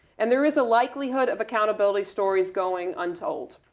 and there is a likelihood of accountability stories going untold.